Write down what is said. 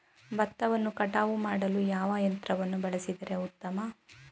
ಭತ್ತವನ್ನು ಕಟಾವು ಮಾಡಲು ಯಾವ ಯಂತ್ರವನ್ನು ಬಳಸಿದರೆ ಉತ್ತಮ?